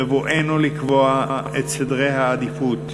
בבואנו לקבוע את סדרי העדיפויות